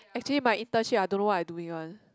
actually my internship I don't know what I doing one